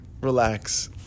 relax